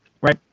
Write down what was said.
right